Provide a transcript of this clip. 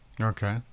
Okay